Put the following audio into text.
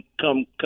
come